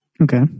Okay